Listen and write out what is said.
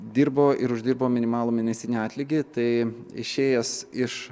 dirbo ir uždirbo minimalų mėnesinį atlygį tai išėjęs iš